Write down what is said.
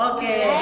Okay